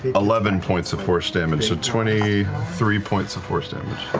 eleven points of force damage, so twenty three points of force damage.